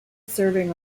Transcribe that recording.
serving